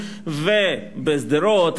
ובשדרות,